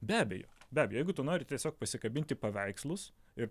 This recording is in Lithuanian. be abejo be abejo jeigu tu nori tiesiog pasikabinti paveikslus ir